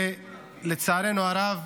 ולצערנו הרב,